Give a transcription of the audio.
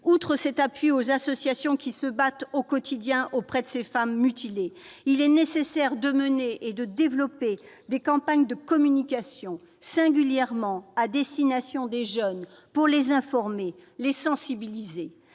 Outre cet appui aux associations qui se battent au quotidien auprès des femmes mutilées, il est nécessaire de mener et de développer des campagnes de communication, singulièrement à destination des jeunes qui doivent être informés et sensibilisés.